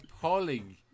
Pauling